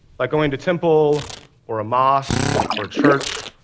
like going to temple or a mosque or a church,